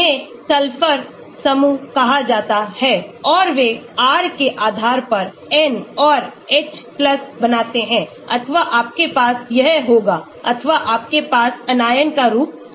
इन्हें सल्फर समूह कहा जाता है और वे R के आधार पर N और H बनाते हैं अथवा आपके पास यह होगा अथवा आपके पास Anion का रूप होगा